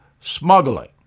smuggling